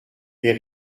est